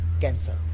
cancer